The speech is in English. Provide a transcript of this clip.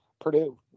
Purdue